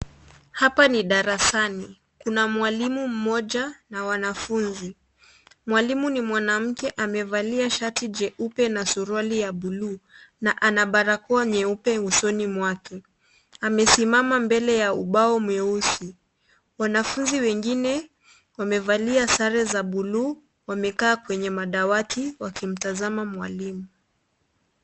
Hapa ni darasani. Kuna mwalimu mmoja na wanafunzi. Mwalimu ni mwanamke amevalia shati jeupe na suruali ya buluu na ana barakoa nyeupe usoni mwake. Amesimama mbele ya ubao mweusi. Wanafunzi wengine wamevalia sare za buluu, wamekaa kwenye madawati, wakimtazama mwalimu.